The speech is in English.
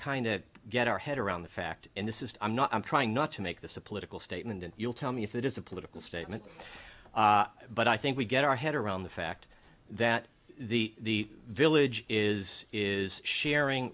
kind of get our head around the fact and this is i'm not i'm trying not to make this a political statement and you'll tell me if it is a political statement but i think we get our head around the fact that the village is is sharing